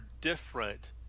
different